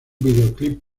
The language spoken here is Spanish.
videoclip